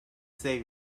save